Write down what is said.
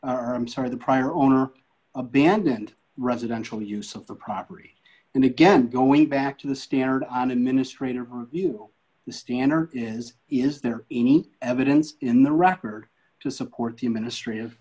i'm sorry the prior owner abandoned residential use of the property and again going back to the standard and administrative review the standard is is there any evidence in the record to support the ministry of